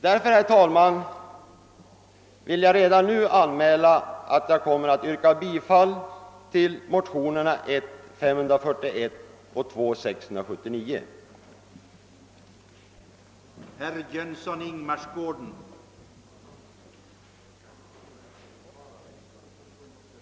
Därför vill jag redan nu, herr talman, anmäla att jag kommer att yrka bifall till motionerna I: 541 och II: 679, som behandlades i statsutskottets utlåtande nr 58.